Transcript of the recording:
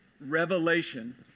revelation